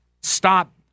Stop